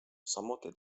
samuti